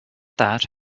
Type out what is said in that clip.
that